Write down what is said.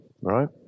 right